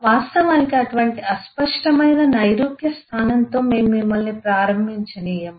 వాస్తవానికి అటువంటి అస్పష్టమైన నైరూప్య స్థానంతో మేము మిమ్మల్ని ప్రారంభించనీయము